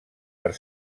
per